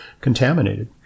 contaminated